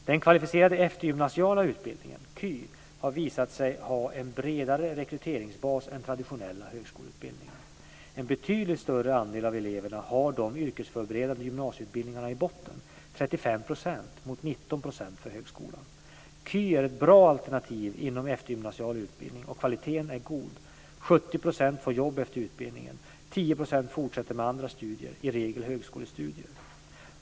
Den kvalificerade eftergymnasiala yrkesutbildningen, KY, har visat sig ha en bredare rekryteringsbas än den traditionella högskoleutbildningen. En betydligt större andel av eleverna har de yrkesförberedande gymnasieutbildningarna i botten, 35 % mot 19 % för högskolan. KY är ett bra alternativ inom eftergymnasial utbildning och kvaliteten är god. 70 % får jobb efter utbildningen, 10 % fortsätter med andra studier, i regel högskolestudier.